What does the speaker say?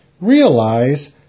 Realize